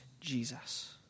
Jesus